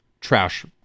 trash